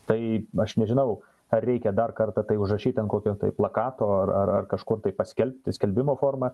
tai aš nežinau ar reikia dar kartą tai užrašyti ant kokio tai plakato ar ar ar kažkur tai paskelbti skelbimo forma